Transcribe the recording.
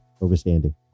Overstanding